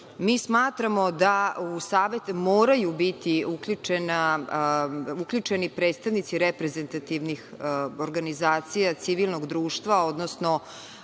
smatramo da u Savet moraju biti uključeni predstavnici reprezentativnih organizacija civilnog društva, odnosno